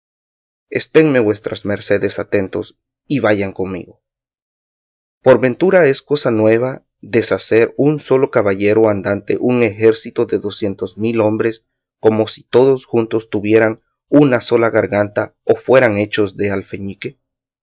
turco esténme vuestras mercedes atentos y vayan conmigo por ventura es cosa nueva deshacer un solo caballero andante un ejército de docientos mil hombres como si todos juntos tuvieran una sola garganta o fueran hechos de